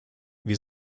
wir